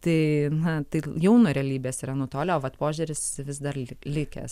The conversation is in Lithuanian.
tai na tai jau nuo realybės yra nutolę o vat požiūris vis dar lyg likęs